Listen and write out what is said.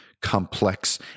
complex